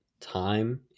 time